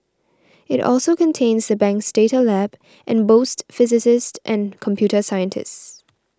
it also contains the bank's data lab and boasts physicists and computer scientists